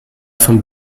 von